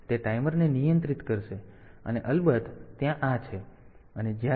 તેથી તે ટાઈમરને નિયંત્રિત કરશે અને અલબત્ત ત્યાં આ છે